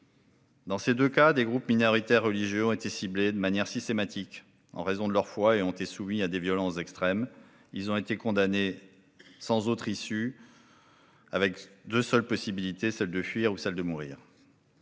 Dans ces deux cas, des groupes minoritaires religieux ont été ciblés de manière systématique en raison de leur foi et ont été soumis à des violences extrêmes. Ils ont été condamnés sans autre issue que celle de fuir ou de mourir.